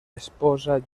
esposa